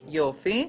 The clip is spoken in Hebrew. יופי.